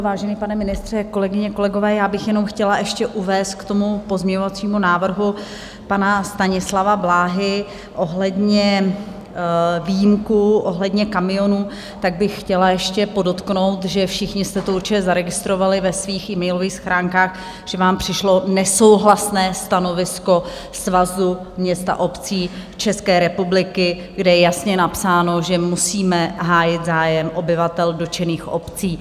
Vážený pane ministře, kolegyně, kolegové, já bych jenom chtěla ještě uvést k tomu pozměňovacímu návrhu pana Stanislava Blahy ohledně výjimky, ohledně kamionů, tak bych chtěla ještě podotknout, že všichni jste to určitě zaregistrovali ve svých emailových schránkách, že vám přišlo nesouhlasné stanovisko Svazu měst a obcí České republiky, kde je jasně napsáno, že musíme hájit zájem obyvatel dotčených obcí.